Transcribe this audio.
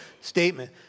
statement